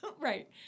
Right